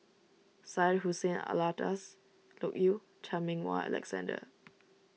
Syed Hussein Alatas Loke Yew Chan Meng Wah Alexander